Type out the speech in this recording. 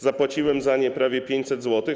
Zapłaciłem za nie prawie 500 zł.